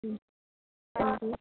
ਹਾਂਜੀ